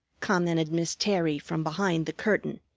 commented miss terry from behind the curtain.